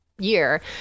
year